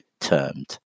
termed